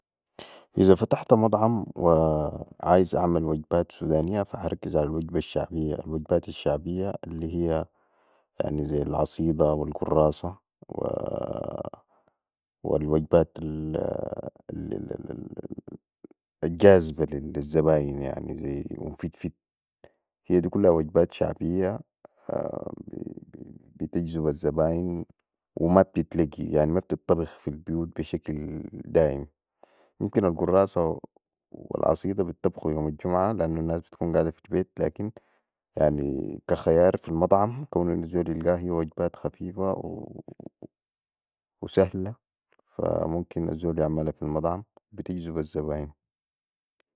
إذا فتحت مطعم وعيز أعمل وجبات سودانيه فا ح اركز علي الوجبات الشعبية الي هيا زي العصيده والقراصه و الوجبات الجاذبه لي الزباين يعني زي ام فتفت هي دي كلهاوجبات شعبية بتجذب الزباين و مابتلقي يعني ما بتتطبخ في البيوت بشكل دايم يمكن القراصه والعصيده بطبخو يوم الجمعة لأنو الناس بتكون قاعدة في البيت لكن يعني كا خيار في المطعم كونو انو الزول يلقاها وهي وجبات خفيفة وسهله فا ممكن الزول يعملا في المطعم ببجذب الزباين